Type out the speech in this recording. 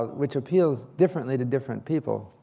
which appeals differently to different people.